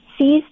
seized